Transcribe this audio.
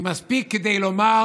מספיקה כדי לומר: